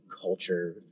culture